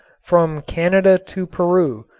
from canada to peru,